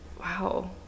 Wow